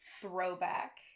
throwback